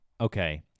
Okay